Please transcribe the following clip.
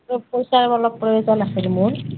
ত' পইচাৰ অলপ প্ৰয়োজন আছিল মোৰ